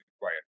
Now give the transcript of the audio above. required